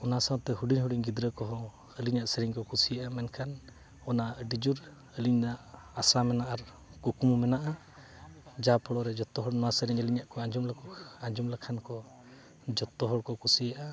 ᱚᱱᱟ ᱥᱟᱶᱛᱮ ᱦᱩᱰᱤᱧ ᱦᱩᱰᱤᱧ ᱜᱤᱫᱽᱨᱟᱹ ᱠᱚ ᱦᱚᱸ ᱟᱹᱞᱤᱧᱟᱜ ᱥᱮᱨᱮᱧ ᱠᱚ ᱠᱩᱥᱤᱭᱟᱜ ᱢᱮᱱᱠᱷᱟᱱ ᱚᱱᱟ ᱟᱹᱰᱤ ᱡᱳᱨ ᱟᱹᱞᱤᱧᱟᱜ ᱟᱥᱟ ᱢᱮᱱᱟᱜᱼᱟ ᱟᱨ ᱠᱩᱠᱢᱩ ᱢᱮᱱᱟᱜᱼᱟ ᱡᱟ ᱯᱳᱲᱳᱜ ᱨᱮ ᱡᱚᱛᱚ ᱦᱚᱲ ᱥᱮᱨᱮᱧ ᱟᱹᱞᱤᱧᱟᱜ ᱠᱚ ᱟᱸᱡᱚᱢ ᱞᱮᱠᱷᱟᱱ ᱠᱚ ᱡᱚᱛᱚ ᱦᱚᱲ ᱠᱚ ᱠᱩᱥᱤᱭᱟᱜᱼᱟ